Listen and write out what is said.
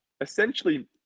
essentially